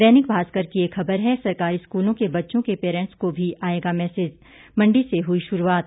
दैनिक भास्कर की एक खबर है सरकारी स्कूलों के बच्चों के परेंट्स को भी आएगा मैसेज मंडी से हुई शुरूआत